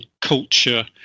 culture